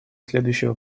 следующего